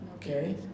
Okay